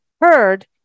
heard